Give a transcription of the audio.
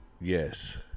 Yes